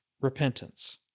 repentance